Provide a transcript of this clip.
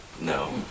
no